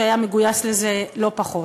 שהיה מגויס לזה לא פחות.